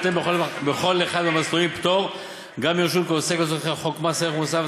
יינתן בכל אחד מהמסלולים פטור גם מרישום כעוסק לצורכי חוק מס ערך מוסף,